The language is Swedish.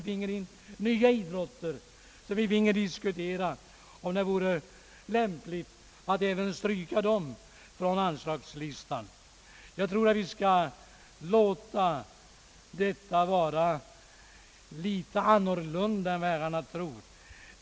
— finge nya debatter i vilka vi finge diskutera om det vore lämpligt att styrka Jag tror att vi skall se på detta ärende litet annorlunda än vad herrarna gör.